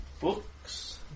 books